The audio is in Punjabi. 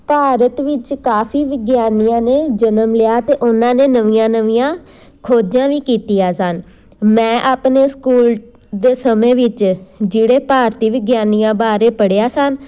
ਭਾਰਤ ਵਿੱਚ ਕਾਫੀ ਵਿਗਿਆਨੀਆਂ ਨੇ ਜਨਮ ਲਿਆ ਅਤੇ ਉਹਨਾਂ ਨੇ ਨਵੀਆਂ ਨਵੀਆਂ ਖੋਜਾਂ ਵੀ ਕੀਤੀਆਂ ਸਨ ਮੈਂ ਆਪਣੇ ਸਕੂਲ ਦੇ ਸਮੇਂ ਵਿੱਚ ਜਿਹੜੇ ਭਾਰਤੀ ਵਿਗਿਆਨੀਆਂ ਬਾਰੇ ਪੜ੍ਹਿਆ ਸਨ